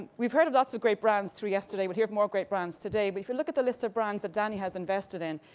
we've heard of lots of great brands from yesterday. we'll hear of more great brands today. but if you look at the list of brands that danny has invested in,